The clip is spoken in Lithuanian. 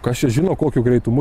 kas čia žino kokiu greitumu